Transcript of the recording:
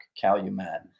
Calumet